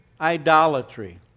idolatry